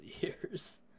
years